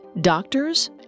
doctors